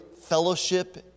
fellowship